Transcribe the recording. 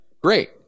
great